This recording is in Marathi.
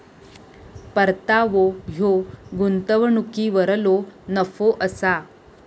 परतावो ह्यो गुंतवणुकीवरलो नफो असा